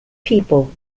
people